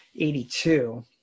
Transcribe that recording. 82